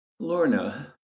Lorna